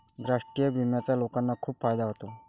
राष्ट्रीय विम्याचा लोकांना खूप फायदा होतो